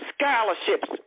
Scholarships